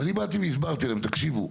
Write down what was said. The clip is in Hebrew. ואני באתי והסברתי להם, תקשיבו,